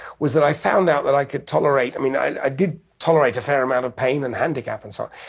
was that i found out that i could tolerate, i mean, i did tolerate a fair amount of pain and handicap and so